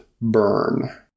burn